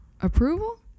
approval